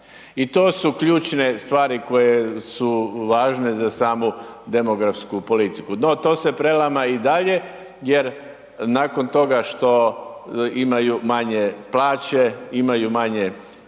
I to su ključne stvari koje su važne za samu demografsku politiku no to se prelama i dalje jer nakon toga što imaju manje plaće, imaju manje